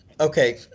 Okay